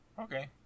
Okay